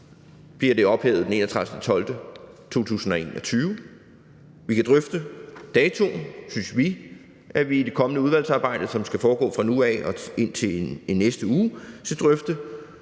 bliver loven ophævet den 31. december 2021. Vi kan drøfte datoen, synes vi, i det kommende udvalgsarbejde, som skal foregå fra nu af og indtil i næste uge. Vi kan drøfte